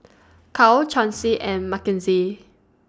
Cal Chauncey and Makenzie